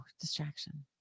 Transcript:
distraction